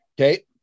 okay